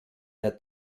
der